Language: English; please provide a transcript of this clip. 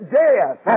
death